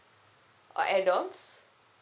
uh add ons